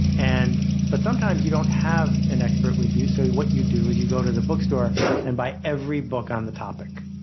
and but sometimes you don't have an expert with you so what you do is you go to the bookstore and buy every book on the topic.